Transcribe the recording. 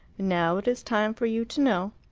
now it is time for you to know.